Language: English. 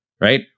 Right